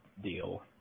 deal